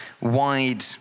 wide